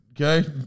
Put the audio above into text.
okay